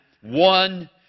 one